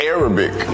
Arabic